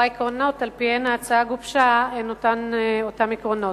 או העקרונות שעל-פיהם ההצעה גובשה הם אותם עקרונות.